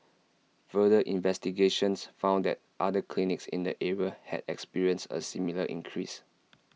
further investigations found that other clinics in the area had experienced A similar increase